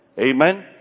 Amen